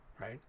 right